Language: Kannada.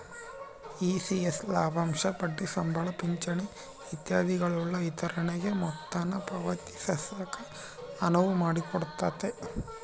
ಇ.ಸಿ.ಎಸ್ ಲಾಭಾಂಶ ಬಡ್ಡಿ ಸಂಬಳ ಪಿಂಚಣಿ ಇತ್ಯಾದಿಗುಳ ವಿತರಣೆಗೆ ಮೊತ್ತಾನ ಪಾವತಿಸಾಕ ಅನುವು ಮಾಡಿಕೊಡ್ತತೆ